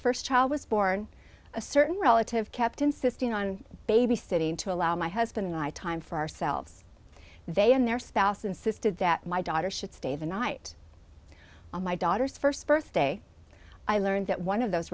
first child was born a certain relative kept insisting on babysitting to allow my husband and i time for ourselves they and their spouse insisted that my daughter should stay the night on my daughter's first birthday i learned that one of those